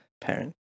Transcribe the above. parent